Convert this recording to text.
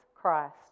Christ